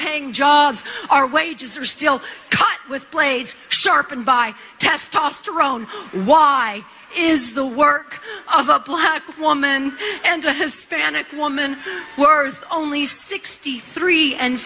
paying jobs our wages are still cut with blades sharpened by testosterone why is the work of a black woman and a hispanic woman worth only sixty three and